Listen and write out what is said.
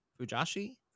Fujashi